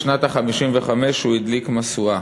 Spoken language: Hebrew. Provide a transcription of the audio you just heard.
בשנת ה-55 למדינה הוא הדליק משואה.